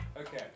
Okay